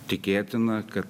tikėtina kad